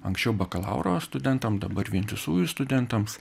anksčiau bakalauro studentam dabar vientisųjų studentams